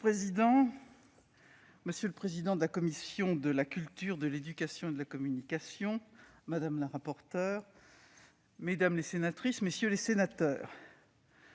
Monsieur le président, monsieur le président de la commission de la culture, de l'éducation et de la communication, madame la rapporteure, mesdames les sénatrices, messieurs les sénateurs,